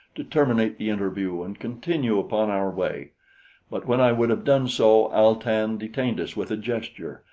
to terminate the interview and continue upon our way but when i would have done so, al-tan detained us with a gesture,